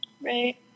Right